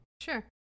Sure